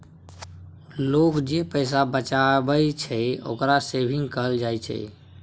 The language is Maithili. लोक जे पैसा बचाबइ छइ, ओकरा सेविंग कहल जाइ छइ